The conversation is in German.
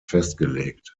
festgelegt